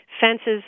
Fences